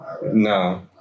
No